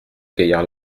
gaillard